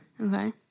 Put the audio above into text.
Okay